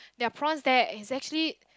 there are prawns there is actually